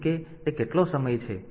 તેથી જેમ કે તે કેટલો સમય છે